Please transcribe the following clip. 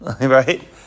right